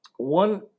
One